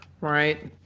Right